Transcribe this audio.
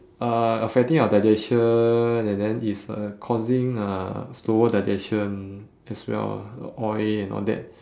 uh affecting our digestion and then it's uh causing uh slower digestion as well the oil and all that